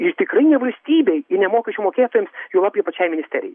ir tikrai ne valstybei ir ne mokesčių mokėtojams juolab ir pačiai misterijai